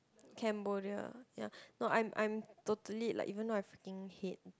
Cambodia ya no I'm I'm totally like even though I freaking hate